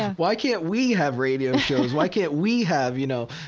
why can't we have radio shows? why can't we have, you know,